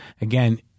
again